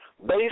based